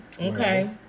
Okay